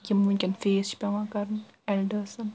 یِم وٕنۍکٮ۪ن فیس چھِ پٮ۪وان کَرُن اٮ۪لڈٲرسن